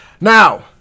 Now